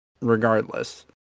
regardless